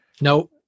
no